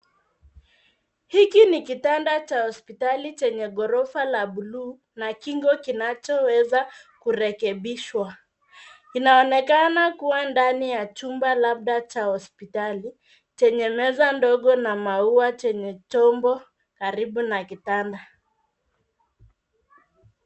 Hiki ni kitanda cha hospitali chenye ghorofa la buluu na kingo kinachoweza kurekebishwa. Inaonekana kuwa ndani ya chumba labda cha hospitali, chenye meza ndogo na maua chenye chombo karibu na kitanda.